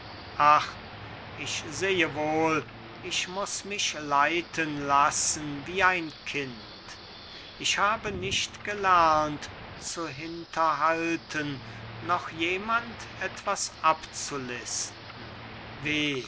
ich sehe wohl ich muß mich leiten lassen wie ein kind ich habe nicht gelernt zu hinterhalten noch jemand etwas abzulisten weh